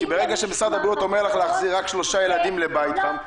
ברגע שמשרד הבריאות אומרת להחזיר רק שלושה לבית חם,